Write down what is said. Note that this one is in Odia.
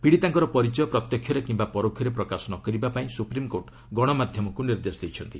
ପୀଡ଼ିତାଙ୍କର ପରିଚୟ ପ୍ରତ୍ୟକ୍ଷରେ କିମ୍ବା ପରୋକ୍ଷରେ ପ୍ରକାଶ ନ କରିବାପାଇଁ ସୁପ୍ରିମ୍କୋର୍ଟ ଗଣମାଧ୍ୟମକୁ ନିର୍ଦ୍ଦେଶ ଦେଇଛନ୍ତି